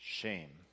shame